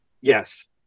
Yes